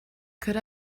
could